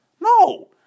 No